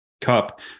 cup